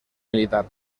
militar